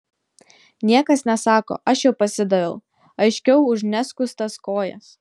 niekas nesako aš jau pasidaviau aiškiau už neskustas kojas